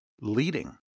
leading